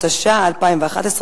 התשע"א 2011,